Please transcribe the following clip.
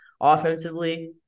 offensively